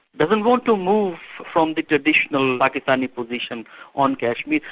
doesn't want to move from the traditional pakistani position on kashmir.